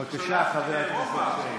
בבקשה, חבר הכנסת שיין.